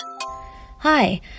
Hi